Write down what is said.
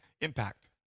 impact